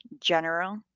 general